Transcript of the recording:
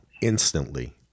instantly